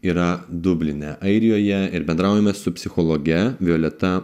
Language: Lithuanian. yra dubline airijoje ir bendraujame su psichologe violeta